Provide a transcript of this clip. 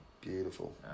Beautiful